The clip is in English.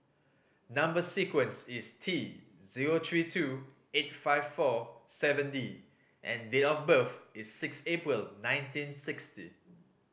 number sequence is T zero three two eight five four seven D and date of birth is six April nineteen sixty